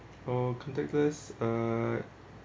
oh contactless uh